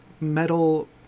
metal